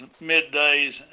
middays